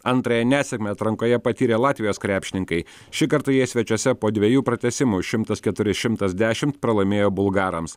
antrąją nesėkmę atrankoje patyrė latvijos krepšininkai šį kartą jie svečiuose po dviejų pratęsimų šimtas keturi šimtas dešimt pralaimėjo bulgarams